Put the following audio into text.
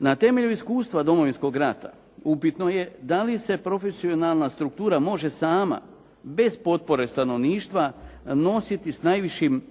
Na temelju iskustva Domovinskog rata upitno je da li se profesionalna struktura može sama bez potpore stanovništva nositi sa najvišim